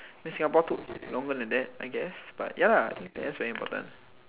then Singapore took longer than that I guess but ya lah that's very important